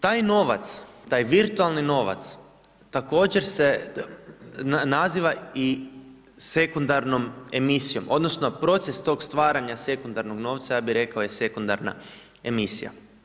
Taj novac, taj virtualni novac također se naziva i sekundarnom emisijom odnosno proces tog stvaranja sekundarnog novca ja bi rekao je sekundarna emisija.